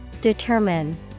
Determine